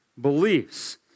beliefs